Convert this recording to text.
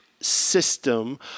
system